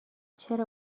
چرا